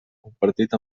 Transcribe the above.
compartit